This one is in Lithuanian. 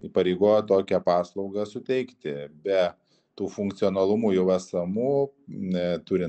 įpareigoja tokią paslaugą suteikti be tų funkcionalumų jau esamų turint